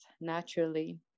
naturally